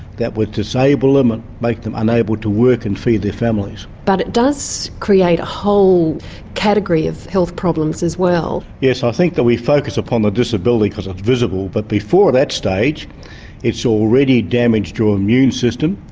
that would disable them and make them unable to work and feed their families. but it does create a whole category of health problems as well. yes i think that we focus upon the disability because it's visible but before that stage it's already damaged your immune system,